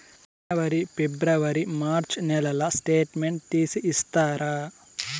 జనవరి, ఫిబ్రవరి, మార్చ్ నెలల స్టేట్మెంట్ తీసి ఇస్తారా?